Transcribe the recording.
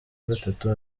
nagatatu